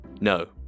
No